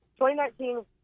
2019